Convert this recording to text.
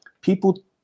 people